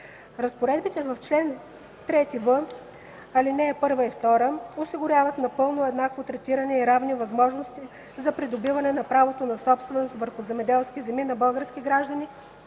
Разпоредбите на чл. 3в, ал. 1 и 2 осигуряват напълно еднакво третиране и равни възможности за придобиване на право на собственост върху земеделски земи на българските граждани